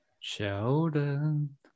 Sheldon